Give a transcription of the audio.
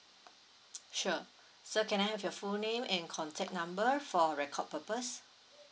sure so can I have your full name and contact number for record purpose